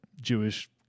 Jewish